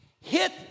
hit